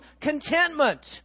contentment